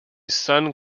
sun